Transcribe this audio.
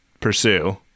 pursue